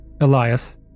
Elias